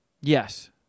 Yes